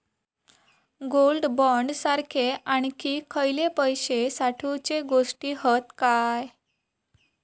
Gold bond सारखे आणखी खयले पैशे साठवूचे गोष्टी हत काय?